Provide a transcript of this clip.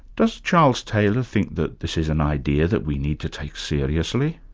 does charles taylor think that this is an idea that we need to take seriously?